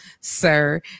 sir